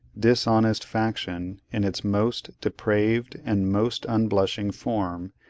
dishonest faction in its most depraved and most unblushing form,